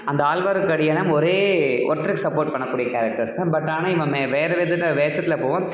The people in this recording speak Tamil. அந்த ஆழ்வாருக்கடியனும் ஒரே ஒருத்தருக்கு சப்போர்ட் பண்ணக் கூடிய கேரக்டர்ஸ் தான் பட் ஆனால் இவன் மே வேறு விதத்தில் வேஷத்தில் போவான்